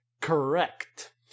correct